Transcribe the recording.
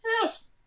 yes